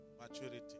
maturity